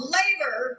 labor